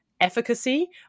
efficacy